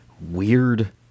weird